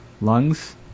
lungs